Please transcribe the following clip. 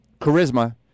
charisma